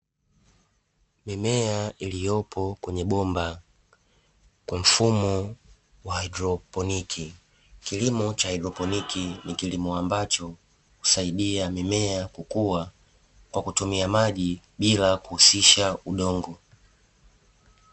Mimea iliyopo kwenye bomba kwa mfumo wa haidropini, kilimo cha haidropini ni kilimo ambacho husaidia mimea kukua kwa kutumia maji bila kuhusisha udongo.